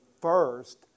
first